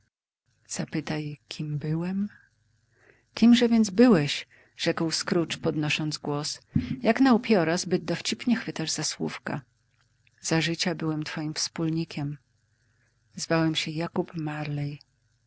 zapytaj kim byłem kimże więc byłeś rzekł scrooge podnosząc głos jak na upiora zbyt dowcipnie chwytasz za słówka za życia byłem twoim wspólnikiem zwałem się jakób marley